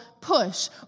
push